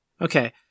Okay